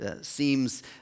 seems